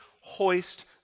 hoist